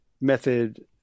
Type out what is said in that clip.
method